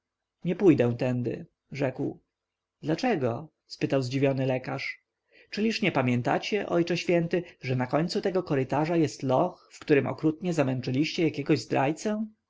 nie pójdę tędy rzekł dlaczego spytał zdziwiony lekarz czyliż nie pamiętacie ojcze święty że na końcu tego korytarza jest loch w którym okrutnie zamęczyliście jakiegoś zdrajcę